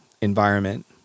environment